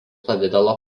pavidalo